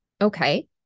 Okay